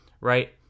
right